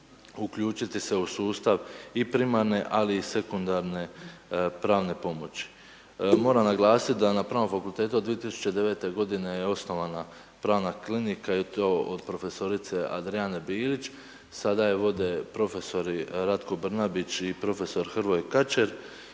uključiti se u sustav i primarne ali i sekundarne pravne pomoći. Moram naglasiti da na Pravnom fakultetu od 2009. godine je osnovana pravna klinika i to od prof. Adrijane Bilić, sada je vode prof. Ratko Brnabić i prof. Hrvoje Kačer